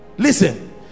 listen